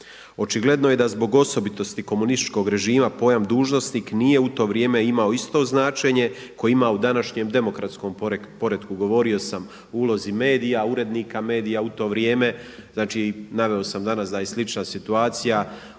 Očigledno je da zbog osobitosti komunističkog režima pojam dužnosnik nije u to vrijeme imao isto značenje koje ima u današnjem demokratskom poretku. Govorio sam o ulozi medija, urednika medija u to vrijeme, znači naveo sam danas da je slična situacija samo